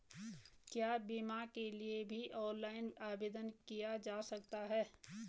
क्या बीमा के लिए भी ऑनलाइन आवेदन किया जा सकता है?